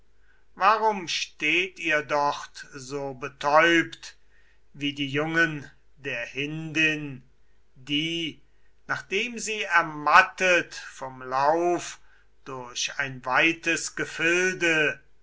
warum steht ihr dort so betäubt wie die jungen der hindin die nachdem sie ermattet vom lauf durch ein weites gefilde